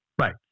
Right